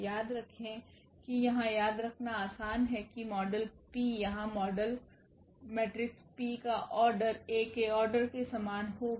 याद रखें कि यहां याद रखना आसान है कि मॉडल P यहाँ मॉडल मेट्रिक्स P का ऑर्डर A के ऑर्डर के समान होगा